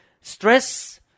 stress